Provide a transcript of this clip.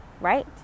Right